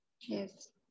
Yes